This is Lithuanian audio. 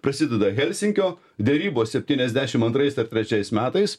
prasideda helsinkio derybos septyniasdešimt antraisar trečiais metais